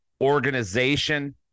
organization